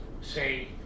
say